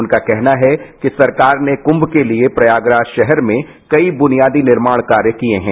उनका कहना है कि सरकार ने कुंभ के लिए प्रयागराज शहर में कई बुनियादी निर्माण कार्य किए हैं